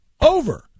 over